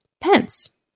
Pence